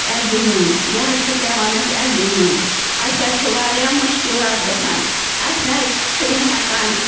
L ڈی نیُن یہِ حظ چھِ پٮ۪وان اَسہِ اٮ۪ل ڈی نیُن اَسہِ حظ چھِ واریاہ مُشکِلات گژھان اَسہِ نَہ حظ چھُنہٕ ہٮ۪کان